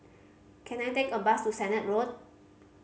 can I take a bus to Sennett Road